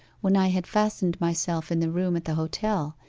when i had fastened myself in the room at the hotel,